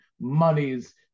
monies